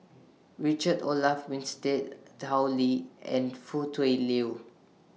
Richard Olaf Winstedt Tao Li and Foo Tui Liew